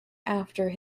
after